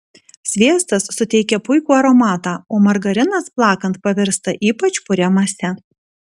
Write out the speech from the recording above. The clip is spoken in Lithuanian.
sviestas suteikia puikų aromatą o margarinas plakant pavirsta ypač puria mase